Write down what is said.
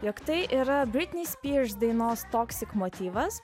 jog tai yra vitni spyrs dainos toksik motyvas